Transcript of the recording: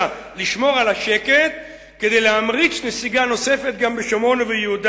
לשמור על השקט כדי להמריץ נסיגה נוספת גם בשומרון וביהודה.